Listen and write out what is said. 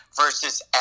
versus